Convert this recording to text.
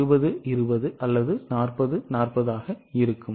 20 20 அல்லது 40 40 ஆக இருக்கும்